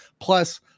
Plus